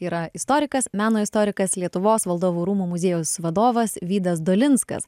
yra istorikas meno istorikas lietuvos valdovų rūmų muziejaus vadovas vydas dolinskas